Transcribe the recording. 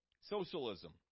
socialism